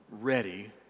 ready